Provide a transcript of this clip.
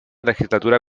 legislatura